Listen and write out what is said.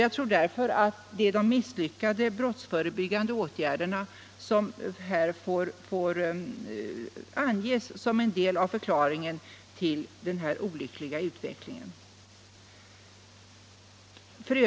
Jag tror därför att det är de misslyckade brottsförebyggande åtgärderna som är en del av förklaringen till den olyckliga utvecklingen.